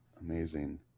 Amazing